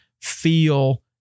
feel